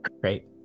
Great